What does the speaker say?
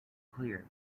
cleared